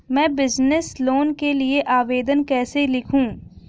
मैं business loan के लिए आवेदन कैसे लिखूँ?